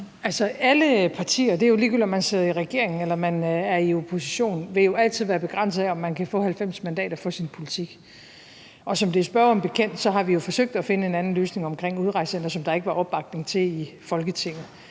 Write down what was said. alle partier – og det er jo ligegyldigt, om man sidder i regering, eller om man er i opposition – vil jo altid være begrænset af, om man kan få 90 mandater for sin politik. Og som det er spørgeren bekendt, har vi jo forsøgt at finde en anden løsning med hensyn til udrejsecenteret, som der ikke var opbakning til i Folketinget.